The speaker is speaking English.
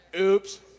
Oops